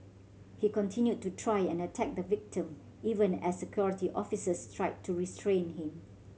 he continued to try and attack the victim even as Security Officers tried to restrain him